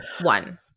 one